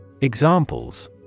Examples